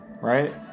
right